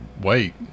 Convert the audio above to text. wait